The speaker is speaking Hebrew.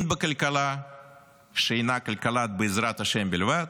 בכלכלה שאינה כלכלת בעזרת השם בלבד,